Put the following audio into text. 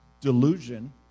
delusion